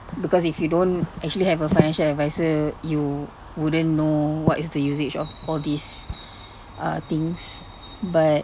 because if you don't actually have a financial adviser you wouldn't know what is the usage of all these uh things but